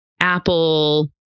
Apple